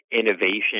innovation